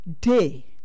day